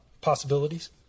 possibilities